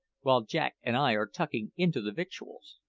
while jack and i are tucking into the victuals.